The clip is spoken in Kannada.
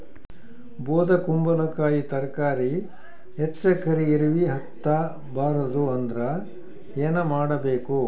ಬೊದಕುಂಬಲಕಾಯಿ ತರಕಾರಿ ಹೆಚ್ಚ ಕರಿ ಇರವಿಹತ ಬಾರದು ಅಂದರ ಏನ ಮಾಡಬೇಕು?